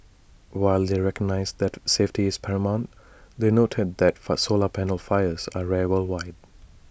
while they recognised that safety is paramount they noted that first solar panel fires are rare wide